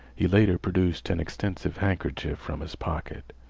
he later produced an extensive handkerchief from his pocket.